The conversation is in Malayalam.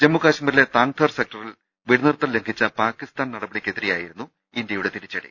ജമ്മുകൾമീരിലെ താങ്ധർ സെക്ടറിൽ വെടിനിർത്തൽലംഘിച്ച പാകിസ്താൻ നടപടിക്കെതിരേയായിരുന്നു ഇന്ത്യയുടെ തിരിച്ചടി